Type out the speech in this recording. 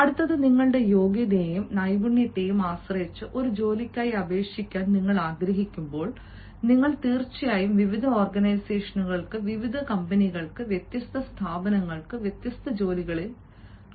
അടുത്തത് നിങ്ങളുടെ യോഗ്യതയെയും നൈപുണ്യത്തെയും ആശ്രയിച്ച് ഒരു ജോലിക്കായി അപേക്ഷിക്കാൻ നിങ്ങൾ ആഗ്രഹിക്കുമ്പോൾ നിങ്ങൾ തീർച്ചയായും വിവിധ ഓർഗനൈസേഷനുകൾക്ക് വിവിധ കമ്പനികൾക്ക് വ്യത്യസ്ത സ്ഥാപനങ്ങൾ വ്യത്യസ്ത ജോലിസ്ഥലങ്ങളിൽ അപേക്ഷിക്കും